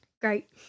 Great